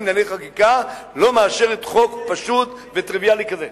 לענייני חקיקה לא מאשרת חוק פשוט וטריוויאלי כזה.